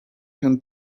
can